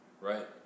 Right